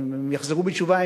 אם הם יחזרו בתשובה,